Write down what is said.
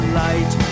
light